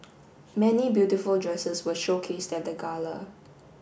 many beautiful dresses were showcased at the gala